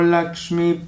Lakshmi